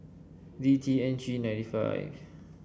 D T N G ninety five